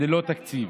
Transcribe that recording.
ללא תקציב,